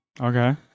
Okay